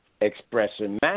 expression